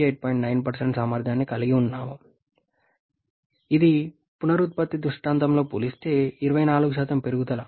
9 సామర్థ్యాన్ని కలిగి ఉన్నాము ఇది పునరుత్పత్తి దృష్టాంతంతో పోలిస్తే 24 పెరుగుదల